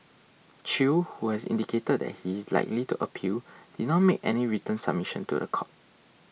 Chew who has indicated that he is likely to appeal did not make any written submission to the court